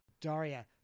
Daria